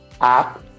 app